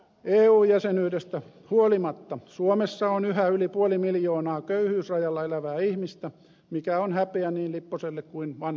eu jäsenyydestä huolimatta suomessa on yhä yli puoli miljoonaa köyhyysrajalla elävää ihmistä mikä on häpeä niin lipposelle kuin vanhasellekin